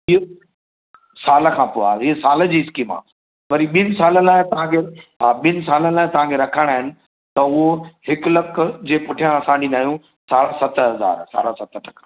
की साल खां पोइ आहे इहा साल जी स्किम आहे वरी ॿिनि साल लाइ तव्हांखे ॿिनि सालनि लाइ तव्हांखे रखाइणा आहिनि त उहो हिकु लख जे पुठियां असां ॾींदा आहियूं सतर हज़ार साढा सत टका